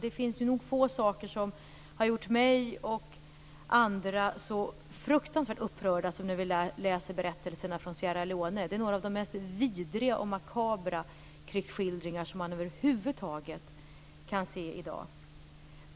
Det är nog få saker som har gjort mig och andra så fruktansvärt upprörda som när vi läst berättelserna från Sierra Leona. Det är några av de mest vidriga och makabra krigsskildringar som vi över huvud taget kan se i dag.